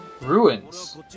Ruins